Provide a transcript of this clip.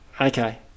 Okay